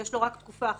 יש לו רק תקופה אחת,